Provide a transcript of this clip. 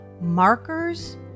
markers